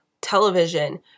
television